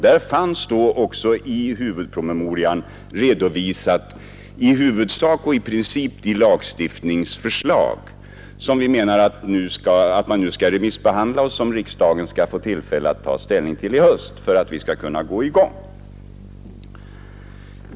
Där fanns då också i huvudsak och i princip de lagstiftningsförslag redovisade som vi menar att man nu skall remissbehandla och som riksdagen skall få ta ställning till i höst för att vi skall kunna komma i gång.